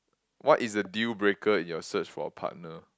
what is a deal breaker in your search for a partner